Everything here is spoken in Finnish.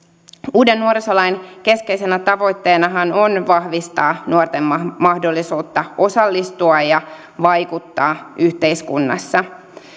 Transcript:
uuden nuorisolain keskeisenä tavoitteenahan on vahvistaa nuorten mahdollisuutta osallistua ja vaikuttaa yhteiskunnassa